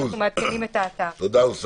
תודה, אוסמה.